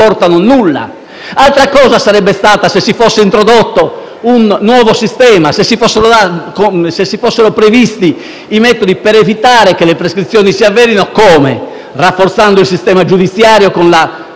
Altra cosa sarebbe stata se si fosse introdotto un nuovo sistema, se si fossero previsti metodi per evitare le prescrizioni, rafforzando il sistema giudiziario con la